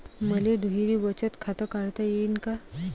मले दुहेरी बचत खातं काढता येईन का?